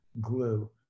glue